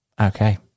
Okay